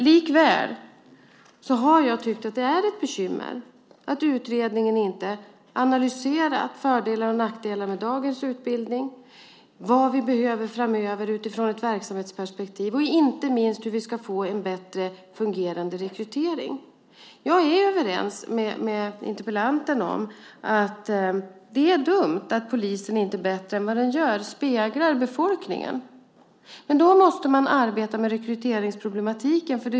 Likväl har jag tyckt att det är ett bekymmer att utredningen inte analyserar fördelar och nackdelar med dagens utbildning, vad vi behöver framöver utifrån ett verksamhetsperspektiv och inte minst hur vi ska få en bättre fungerande rekrytering. Jag är överens med interpellanten om att det är dumt att polisen inte speglar befolkningen bättre än vad den gör. Men då måste man arbeta med rekryteringsproblematiken.